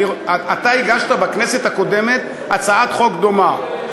אתה הגשת בכנסת הקודמת הצעת חוק דומה.